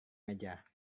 meja